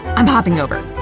i'm hopping over!